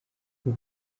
ubu